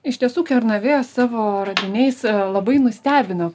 iš tiesų kernavė savo radiniais labai nustebino